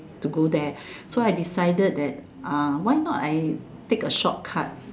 to go there so I decided that uh why not I take a short cut